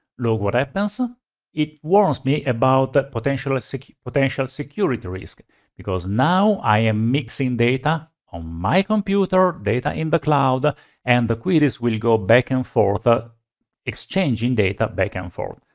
look what happens. ah it warns me about but potential so potential security risk because now i am mixing data on my computer, data in the cloud and the queries will go back and forth, ah exchanging data back and forth.